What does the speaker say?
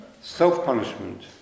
Self-punishment